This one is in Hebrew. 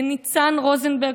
לניצן רוזנברג,